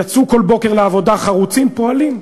יצאו כל בוקר לעבודה חרוצים, פועלים,